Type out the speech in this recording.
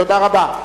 תודה רבה.